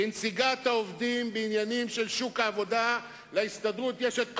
כנציגת העובדים בעניינים של שוק העבודה להסתדרות יש כל